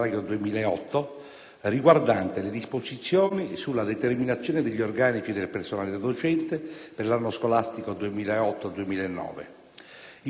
riguardante le disposizioni sulla determinazione degli organici del personale docente per l'anno scolastico 2008-2009. In particolare,